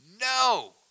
No